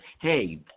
hey